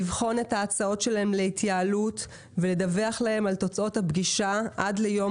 לבחון את ההצעות שלהם להתייעלות ולדווח להם על תוצאות הפגישה עד ליום